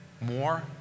more